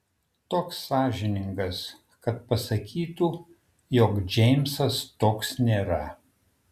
toks sąžiningas kad pasakytų jog džeimsas toks nėra